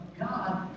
God